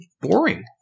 boring